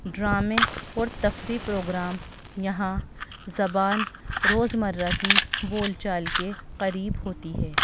ڈرامے اور تفریح پروگرام یہاں زبان روزمرہ کی بول چال کے قریب ہوتی ہے